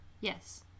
Yes